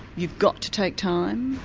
you've got to take time,